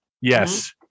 Yes